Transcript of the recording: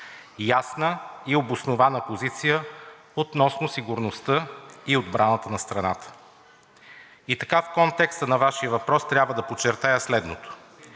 ясна и обоснована позиция относно сигурността и отбраната на страната. И така в контекста на Вашия въпрос трябва да подчертая следното: